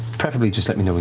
preferably just let me